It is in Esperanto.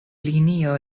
linio